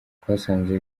twasanze